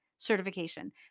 certification